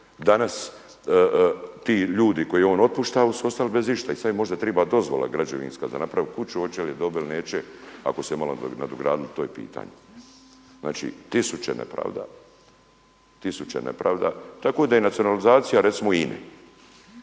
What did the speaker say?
Danas ti ljude koje je on otpuštao su ostali bez išta i sada im možda treba dozvola građevinska da naprave kuće. Hoće li je dobiti ili neće ako su malo nadogradili to je pitanje. Znači tisuće nepravda. Tako da je nacionalizacija recimo u